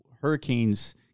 hurricanes